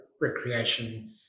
recreation